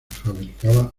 fabricaba